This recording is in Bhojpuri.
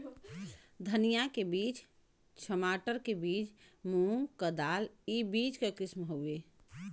धनिया के बीज, छमाटर के बीज, मूंग क दाल ई बीज क किसिम हउवे